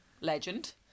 Legend